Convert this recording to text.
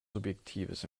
subjektives